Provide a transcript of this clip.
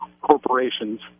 corporations